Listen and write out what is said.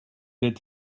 êtes